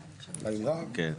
7 נמנעים,